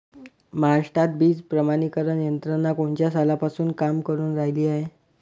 महाराष्ट्रात बीज प्रमानीकरण यंत्रना कोनच्या सालापासून काम करुन रायली हाये?